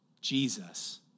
Jesus